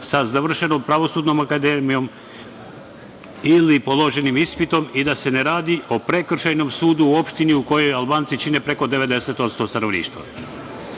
sa završenom Pravosudnom akademijom ili položenim ispitom i da se ne radi o Prekršajnom sudu u opštini u kojoj Albanci čine preko 90% stanovništva. Podsećanja